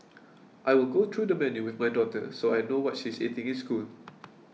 I will go through the menu with my daughter so I know what she is eating in school